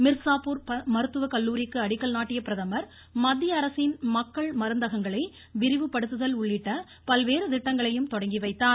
மிர்ஸாபூர் மருத்துவக் கல்லூரிக்கு அடிக்கல் நாட்டிய பிரதமர் மத்தியஅரசின் மக்கள் மருந்தகங்களை விரிவுபடுத்துதல் உள்ளிட்ட பல்வேறு திட்டங்களையும் தொடங்கிவைத்தார்